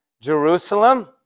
Jerusalem